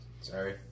Sorry